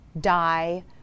die